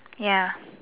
ya